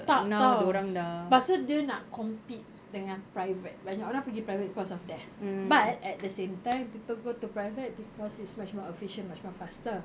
tak [tau] pasal dia nak compete dengan private banyak orang pergi private because of that but at the same time people go to private because it's much more efficient much more faster